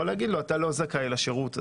או לומר לו: אינך זכאי לשירות הזה.